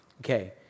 Okay